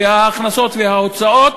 וההכנסות וההוצאות,